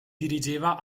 dirigeva